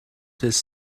his